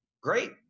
Great